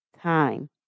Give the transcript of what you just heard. time